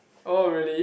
oh really